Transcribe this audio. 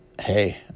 hey